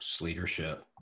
Leadership